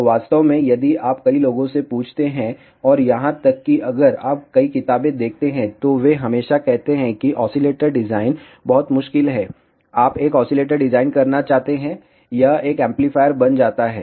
तो वास्तव में यदि आप कई लोगों से पूछते हैं और यहां तक कि अगर आप कई किताबें देखते हैं तो वे हमेशा कहते हैं कि ऑसीलेटर डिजाइन बहुत मुश्किल है आप एक ऑसीलेटर डिजाइन करना चाहते हैं यह एक एम्पलीफायर बन जाता है